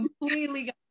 Completely